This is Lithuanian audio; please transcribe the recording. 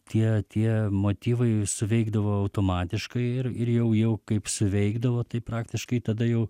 tie tie motyvai suveikdavo automatiškai ir ir jau jau kaip suveikdavo tai praktiškai tada jau